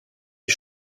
est